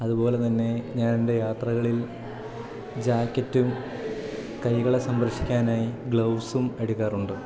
അതുപോലെ തന്നെ ഞാൻ എൻ്റെ യാത്രകളിൽ ജാക്കറ്റും കൈകളെ സംരക്ഷിക്കാനായി ഗ്ലൗസും എടുക്കാറുണ്ട്